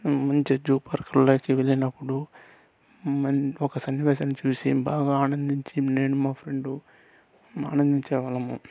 మంచి జూ పార్కుల్లోకి వెళ్ళినప్పుడు మ ఒక సన్నివేశాన్ని చూసి ఆనందించి నేను మా ఫ్రెండ్ ఆనందించే వాళ్ళము